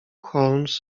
holmes